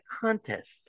contest